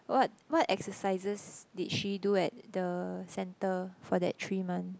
what what exercises did she do at the center for that three month